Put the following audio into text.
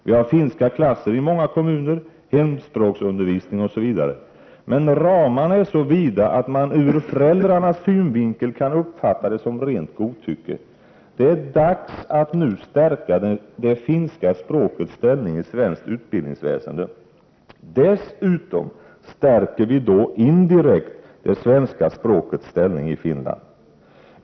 Vi har finska klasser i många kommuner, hemspråksundervisning osv., men ramarna är så vida att man ur föräldrarnas synvinkel kan uppfatta det som rent godtycke. Det är dags att nu stärka det finska språkets ställning i svenskt utbildningsväsende. Dessutom stärker vi då indirekt det svenska språkets ställning i Finland.